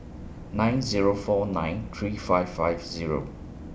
nine Zero four nine three five five Zero